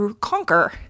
conquer